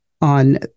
on